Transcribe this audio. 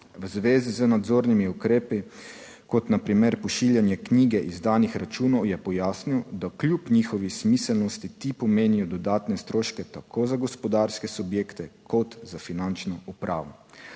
V zvezi z nadzornimi ukrepi, kot na primer pošiljanje knjige izdanih računov, je pojasnil, da kljub njihovi smiselnosti ti pomenijo dodatne stroške, tako za gospodarske subjekte kot za finančno upravo.